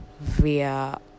via